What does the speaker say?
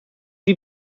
wie